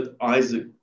Isaac